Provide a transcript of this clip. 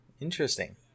interesting